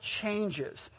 changes